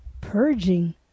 purging